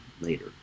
later